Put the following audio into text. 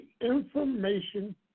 Information